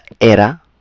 era